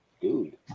Dude